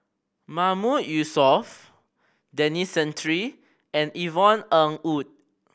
Mahmood Yusof Denis Santry and Yvonne Ng Uhde